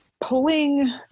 pulling